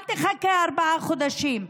אל תחכה ארבעה חודשים.